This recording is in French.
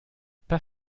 pas